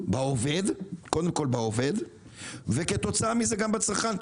קודם כל בעובד וכתוצאה מזה גם בצרכן,